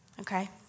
okay